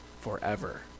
forever